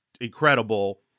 incredible